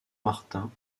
martin